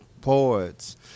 poets